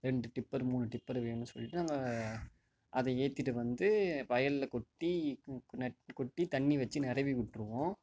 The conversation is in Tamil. ரெண்டு டிப்பர் மூணு டிப்பர் வேணும்னு சொல்லிட்டு நாங்கள் அதை ஏற்றிட்டு வந்து வயலில் கொட்டி கொட்டி தண்ணி வச்சு நிரவி விட்டுருவோம்